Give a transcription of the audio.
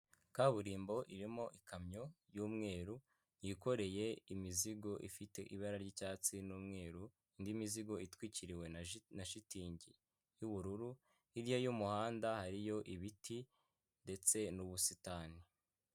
Kaburimbo irimo ikamyo y'umweru, yikoreye imizigo ifite ibara ry'icyatsi n'umweru, indi mizigo itwikiriwe na shitingi y'ubururu, hirya y'umuhanda hariyo ibiti ndetse n'ubusitani.